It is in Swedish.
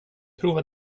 prova